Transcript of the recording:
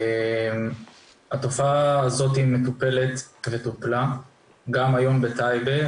התופעה הזאת מטופלת וטופלה גם היום בטייבה,